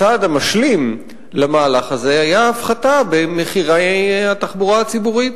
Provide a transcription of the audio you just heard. הצעד המשלים של המהלך הזה היה הפחתה בתעריפי התחבורה הציבורית,